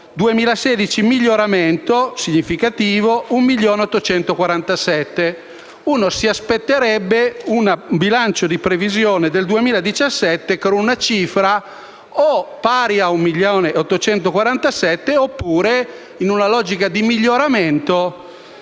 2016 (miglioramento significativo). Uno si aspetterebbe un bilancio di previsione per il 2017 con una cifra pari a 1.847.000 oppure, in una logica di miglioramento,